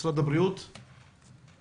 משרד הבריאות, בבקשה.